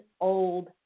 old